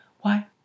Why